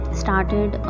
started